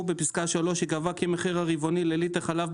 בפסקה (3) ייקבע כי מהמחיר הרבעוני לליטר חלב,